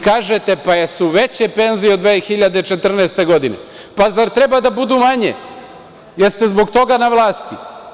Kažete – jesu veće penzije od 2014. godine, pa zar treba da budu manje, jeste li zbog toga na vlasti?